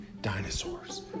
dinosaurs